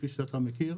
כפי שאתה מכיר,